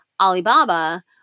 Alibaba